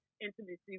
intimacy